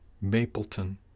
Mapleton